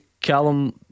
Callum